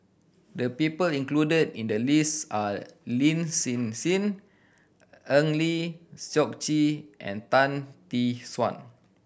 the people included in the list are Lin Hsin Hsin Eng Lee Seok Chee and Tan Tee Suan